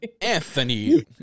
Anthony